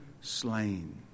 slain